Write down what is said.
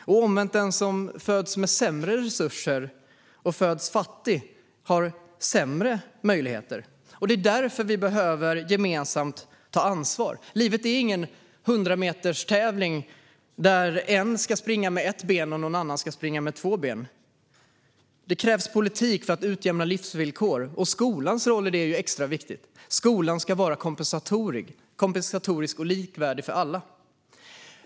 Omvänt har den som föds fattig med sämre resurser sämre möjligheter. Det är därför vi behöver ta ansvar gemensamt. Livet är ingen 100-meterstävling där en ska springa med ett ben och någon annan ska springa med två ben. Det krävs politik för att utjämna livsvillkor, och skolans roll i det är extra viktig. Skolan ska vara kompensatorisk och likvärdig för alla.